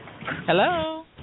Hello